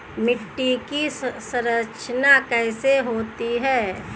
मिट्टी की संरचना कैसे होती है?